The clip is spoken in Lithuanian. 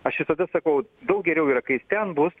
aš visada sakau daug geriau yra kai jis ten bus